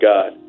God